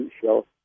Show